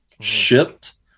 shipped